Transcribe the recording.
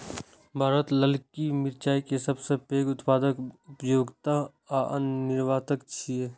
भारत ललकी मिरचाय के सबसं पैघ उत्पादक, उपभोक्ता आ निर्यातक छियै